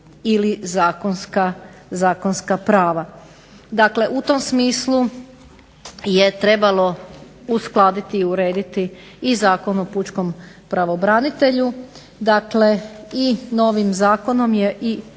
ili zakonska prava. Dakle, u tom smislu je trebalo uskladiti i urediti i Zakon o pučkom pravobranitelju dakle i novim zakonom je